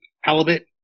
halibut